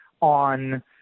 on